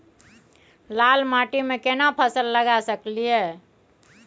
लाल माटी में केना फसल लगा सकलिए?